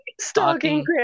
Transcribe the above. stalking